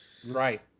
Right